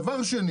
דבר שני